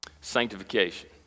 sanctification